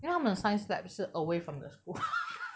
因为他们 science lab 是 away from the school